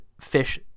fish